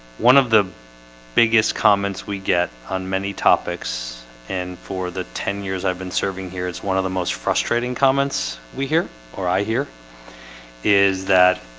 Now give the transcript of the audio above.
one of the biggest comments we get on many topics and for the ten years i've been serving here it's one of the most frustrating comments we hear or i hear is that